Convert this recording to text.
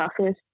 office